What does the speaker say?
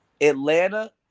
Atlanta